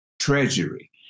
treasury